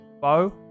Bo